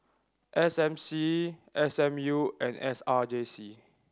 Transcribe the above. S M C S M U and S R J C